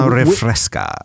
refresca